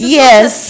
yes